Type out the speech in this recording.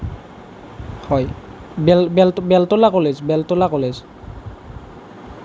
হয় বেল বেলত বেলতলা কলেজ বেলতলা কলেজ